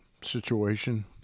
situation